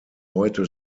heute